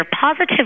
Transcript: positive